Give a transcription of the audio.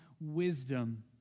wisdom